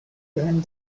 behind